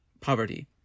poverty